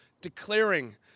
declaring